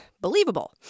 believable